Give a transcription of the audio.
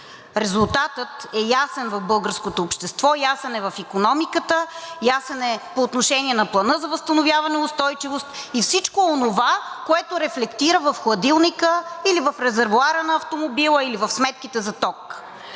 Резултатът е ясен в българското общество, ясен е в икономиката, ясен е по отношение на Плана за възстановяване и устойчивост и всичко онова, което рефлектира в хладилника или в резервоара на автомобила, или в сметките за ток.